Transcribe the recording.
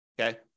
Okay